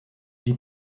die